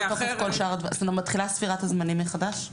ומתחילה ספירת הזמנים מחדש,